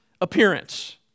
appearance